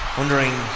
wondering